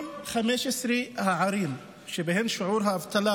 כל 15 הערים שבהן שיעור האבטלה